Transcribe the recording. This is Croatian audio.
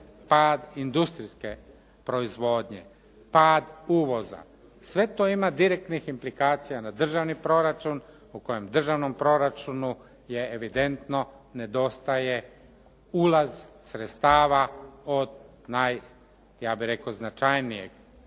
pad industrijske proizvodnje, pad uvoza, sve to ima direktnih implikacija na državni proračun u kojem državnom proračunu je evidentno, nedostaje ulaz sredstava od naj, ja bih rekao značajnijeg